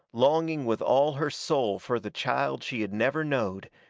longing with all her soul fur that child she had never knowed,